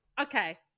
okay